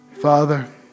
Father